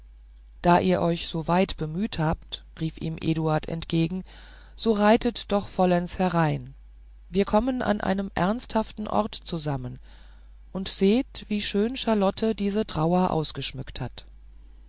da ihr euch so weit bemüht habt rief ihm eduard entgegen so reitet noch vollends herein wir kommen an einem ernsthaften orte zusammen und seht wie schön charlotte diese trauer ausgeschmückt hat